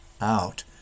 out